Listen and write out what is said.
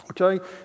Okay